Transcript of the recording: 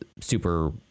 super